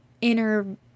inner